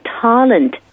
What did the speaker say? talent